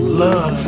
love